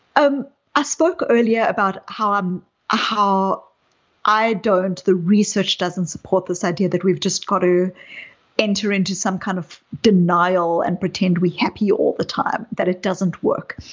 um i spoke earlier about how um how i i don't. the research doesn't support this idea that we've just got to enter into some kind of denial and pretend we're happy all the time. that it doesn't work.